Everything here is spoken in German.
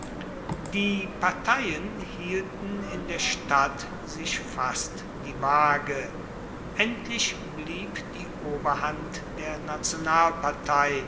die parteien hielten in der stadt sich fast die waage endlich blieb die oberhand der nationalpartei